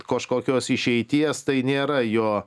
kažkokios išeities tai nėra jo